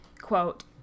quote